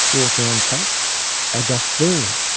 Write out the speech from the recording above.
water on tap. are just. there.